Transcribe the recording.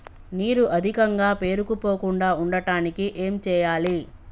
నీరు అధికంగా పేరుకుపోకుండా ఉండటానికి ఏం చేయాలి?